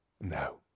No